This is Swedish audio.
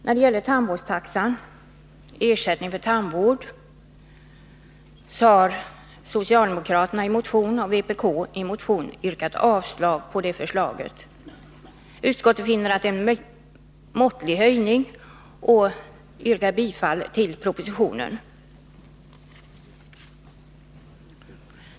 När det gäller tandvårdstaxan, ersättning för tandvård, så har socialdemokraterna och vpk i motioner yrkat avslag på det förslaget i propositionen. Utskottet finner att det är fråga om en måttlig höjning och förordar bifall till propositionen.